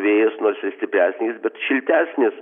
vėjas nors ir stipresnis bet šiltesnis